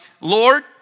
Lord